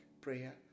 Prayer